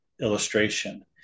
illustration